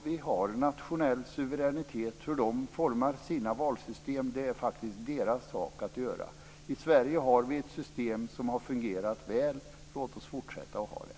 Vi har nationell suveränitet. Hur de formar sina valsystem är faktiskt deras sak. I Sverige har vi ett system som har fungerat väl. Låt oss fortsätta att ha det!